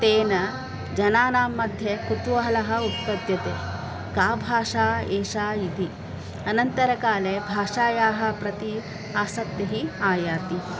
तेन जनानां मध्ये कुतूहलः उत्पद्यते का भाषा एषा इति अनन्तरकाले भाषायाः प्रति आसक्तिः आयाति